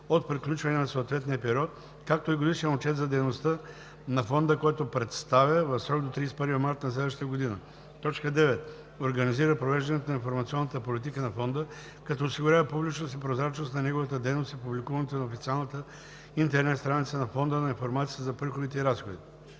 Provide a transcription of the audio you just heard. от приключване на съответния период, както и годишен отчет за дейността на фонда, който представя в срок до 31 март на следващата година; 9. организира провеждането на информационната политика на фонда, като осигурява публичност и прозрачност на неговата дейност и публикуването на официалната интернет страница на фонда на информацията за приходите и разходите;